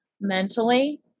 mentally